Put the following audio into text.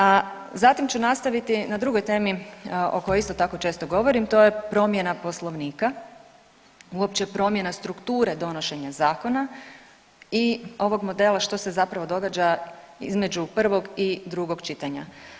A zatim ću nastaviti na drugoj temi o kojoj isto tako često govorim, to je promjena Poslovnika, uopće promjena strukture donošenja zakona i ovog modela što se zapravo događa između prvog i drugog čitanja.